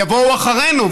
יבואו אחרינו,